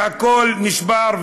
והכול נשבר.